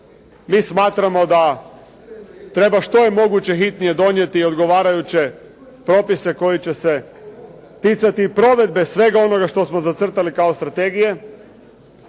Mi smatramo da treba što je moguće hitnije donijeti odgovarajuće propise koji će se ticati provedbe svega onoga što smo zacrtali kao strategije.